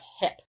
hip